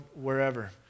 wherever